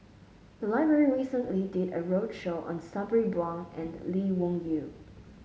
the library recently did a roadshow on Sabri Buang and Lee Wung Yew